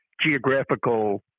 geographical